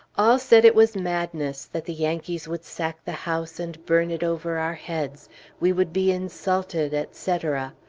all said it was madness that the yankees would sack the house and burn it over our heads we would be insulted, etc.